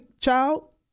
child